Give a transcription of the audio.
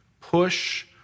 push